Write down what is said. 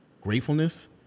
gratefulness